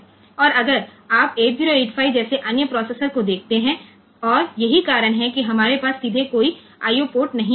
और अगर आप 8085 जैसे अन्य प्रोसेसर को देखते हैं और यही कारण है कि हमारे पास सीधे कोई आईओ पोर्ट नहीं है